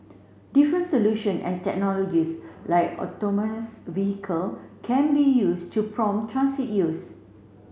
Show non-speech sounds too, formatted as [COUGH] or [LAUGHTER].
different solution and technologies like autonomous vehicle can be used to [UNINTELLIGIBLE] transit use